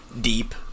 deep